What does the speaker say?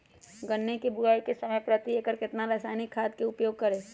गन्ने की बुवाई के समय प्रति एकड़ कितना रासायनिक खाद का उपयोग करें?